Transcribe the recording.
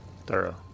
Thorough